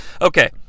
Okay